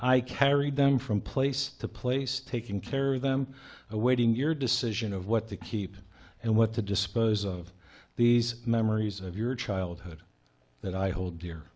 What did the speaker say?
i carried them from place to place taking care of them awaiting your decision of what they keep and what to dispose of these memories of your childhood that i hold dear